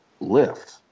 lift